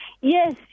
Yes